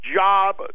job